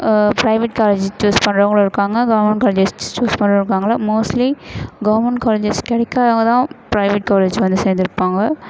private college choose பண்ணுறவங்களும் இருக்காங்க government college choose பண்ணுறவங்களும் இருக்காங்க மோஸ்ட்லி கவர்மெண்ட் காலேஜ்ஸ் கிடைக்காதவங்க தான் பிரைவேட் காலேஜ் வந்து சேர்ந்துருப்பாங்க